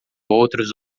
outros